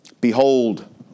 Behold